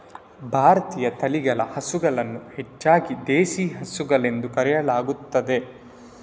ಭಾರತೀಯ ತಳಿಗಳ ಹಸುಗಳನ್ನು ಹೆಚ್ಚಾಗಿ ದೇಶಿ ಹಸುಗಳು ಎಂದು ಕರೆಯಲಾಗುತ್ತದೆ